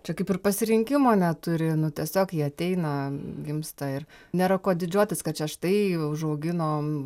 čia kaip ir pasirinkimo neturi nu tiesiog jie ateina gimsta ir nėra kuo didžiuotis kad čia štai užauginom